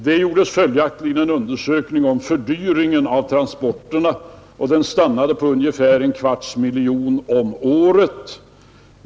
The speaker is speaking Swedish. Följaktligen gjordes en undersökning om fördyringen av transporterna. Den stannade på ungefär en kvarts miljon kronor om året.